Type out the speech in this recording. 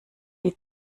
die